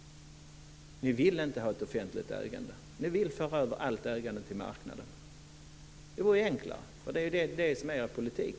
Ni vill inte ha ett offentligt ägande. Ni vill föra över allt ägande till marknaden. Det vore enklare att säga det, för det är det som är er politik.